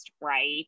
right